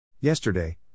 Yesterday